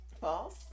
false